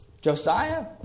Josiah